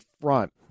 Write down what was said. front